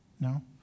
No